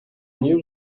new